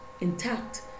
intact